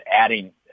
adding